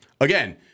again –